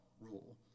rule